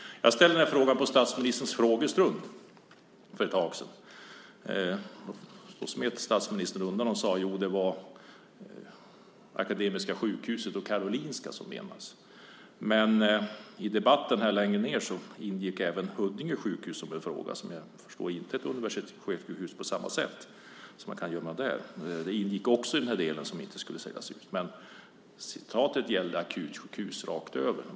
Jag ställde samma fråga för ett tag sedan när det var statsministerns frågestund. Då smet statsministern undan genom att säga att det var Akademiska sjukhuset och Karolinska som menades. Senare i debatten ingick även Huddinge sjukhus i den del som inte skulle säljas ut. Men det återgivna gällde akutsjukhus rakt över.